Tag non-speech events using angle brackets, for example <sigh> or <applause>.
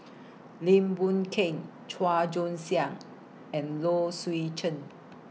<noise> Lim Boon Keng Chua Joon Siang <noise> and Low Swee Chen